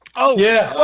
oh, yeah.